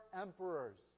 emperors